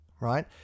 right